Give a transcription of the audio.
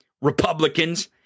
Republicans